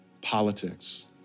politics